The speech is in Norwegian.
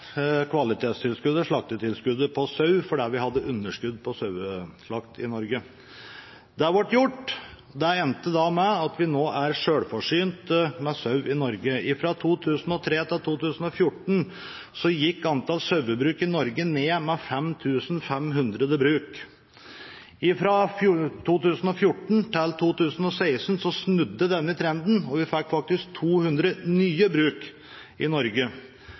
kvalitetstilskuddet, slaktetilskuddet, på sau fordi vi hadde underskudd på saueslakt i Norge. Det ble gjort. Det endte med at vi nå er selvforsynt med sauekjøtt i Norge. Fra 2003 til 2014 gikk antall sauebruk i Norge ned med 5 500 bruk. Fra 2014 til 2016 snudde denne trenden, og vi fikk faktisk 200 nye bruk i Norge.